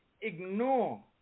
ignore